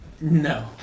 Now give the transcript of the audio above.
no